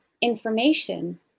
Information